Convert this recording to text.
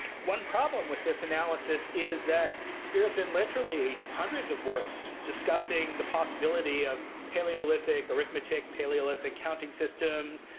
one problem with this analysis is that there have been literally hundreds of works discussing the possibility of paleolithic arithmetic, paleolithic counting systems,